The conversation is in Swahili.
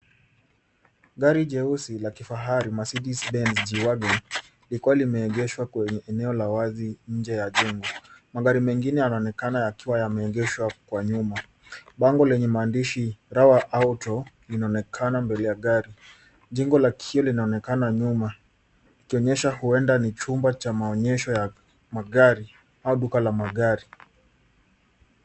Gari Cheusi la kifahari Mercedes Benz G Wagon likiwa limeegeshwa kwenye eneo la wazi nje ya jumba. Magari mengine yanaonekana yakiwa yameegeshwa kwa nyuma. Bango lenye maandishi Rawa Auto inaonekana mbele ya gari. Jengo la Sheli inaonekana nyuma ikionyesha uenda ni jumba cha maonyesho ya magari au duka la magari.